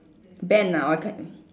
band ah or t~